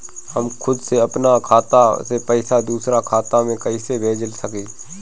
हम खुद से अपना खाता से पइसा दूसरा खाता में कइसे भेज सकी ले?